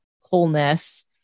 wholeness